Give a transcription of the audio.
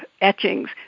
etchings